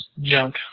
Junk